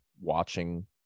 watching